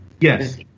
Yes